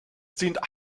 dient